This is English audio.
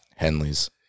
Henleys